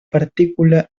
partícula